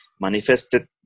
manifested